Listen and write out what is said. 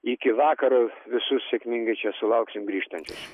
iki vakaro visus sėkmingai čia sulauksim grįžtančius